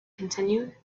continued